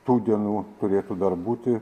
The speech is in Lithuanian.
tų dienų turėtų dar būti